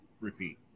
repeat